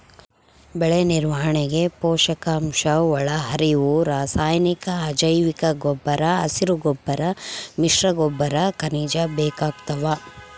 ಬೆಳೆನಿರ್ವಹಣೆಗೆ ಪೋಷಕಾಂಶಒಳಹರಿವು ರಾಸಾಯನಿಕ ಅಜೈವಿಕಗೊಬ್ಬರ ಹಸಿರುಗೊಬ್ಬರ ಮಿಶ್ರಗೊಬ್ಬರ ಖನಿಜ ಬೇಕಾಗ್ತಾವ